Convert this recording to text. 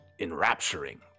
enrapturing